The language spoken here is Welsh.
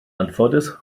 anffodus